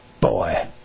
Boy